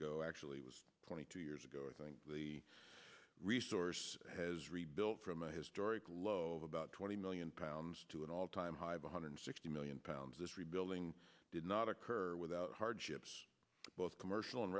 ago actually was twenty two years ago i think the resource has rebuilt from a historic low of about twenty million pounds to an all time high of one hundred sixty million pounds this rebuilding did not occur without hardships both commercial and